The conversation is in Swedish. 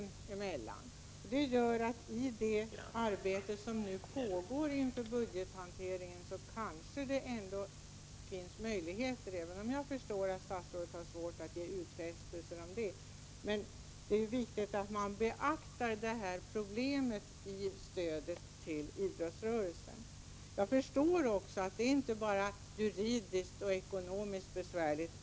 Därför kanske det ändå finns vissa möjligheter i det arbete som nu pågår med budgethanteringen — även om jag förstår att statsrådet har svårt att ge några utfästelser. Det är viktigt att detta problem beaktas vid stödet till idrottsrörelsen. Jag förstår att problemet är besvärligt, inte bara juridiskt och ekonomiskt.